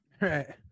Right